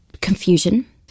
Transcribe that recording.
confusion